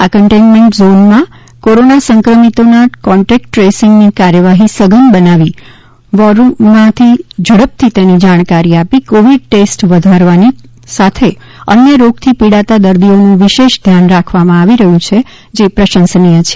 આ ક્ન્ટેન્મેન્ટ ઝોનમાં કોરોના સંક્રમિતોના કોન્ટેક્ટ ટ્રેસીંગની કાર્યવાહી સઘન બનાવી વોરરૂમમાં ઝડપથી તેની જાણકારી આપી કોવિડ ટેસ્ટ વધારવાની સાથે અન્ય રોગથી પીડાતા દર્દીઓનું વિશેષ ધ્યાન રાખવામાં આવી રહ્યું છે જે પ્રશંસનીય છે